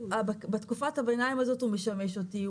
בתקופת הביניים הזאת הוא משמש אותי,